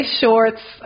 shorts